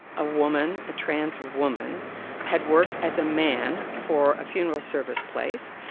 a woman a trans woman had worked as a man for a funeral service place,